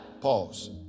pause